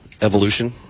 evolution